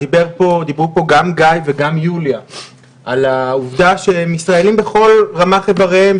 דיברו פה גם גיא וגם יוליה על העובדה שהם ישראלים בכל רמ"ח איבריהם,